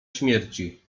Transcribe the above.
śmierci